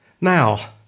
Now